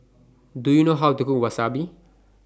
Do YOU know How to Cook Wasabi